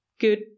good